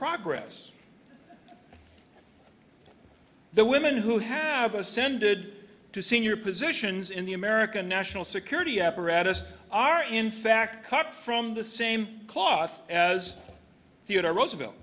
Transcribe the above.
progress the women who have ascended to senior positions in the american national security apparatus are in fact cut from the same cloth as theodore roosevelt